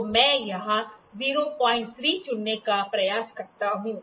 तो मैं यहाँ 03 चुनने का प्रयास करता हूँ